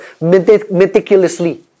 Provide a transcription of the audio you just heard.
meticulously